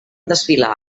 desfilar